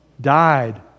died